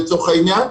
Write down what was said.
לצורך העניין,